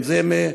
אם זה מארגנטינה,